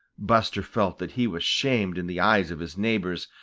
buster felt that he was shamed in the eyes of his neighbors,